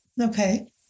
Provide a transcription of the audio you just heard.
Okay